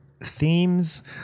themes